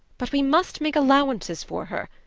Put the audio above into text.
but we must make allowances for her.